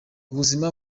buzima